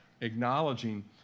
acknowledging